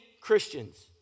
Christians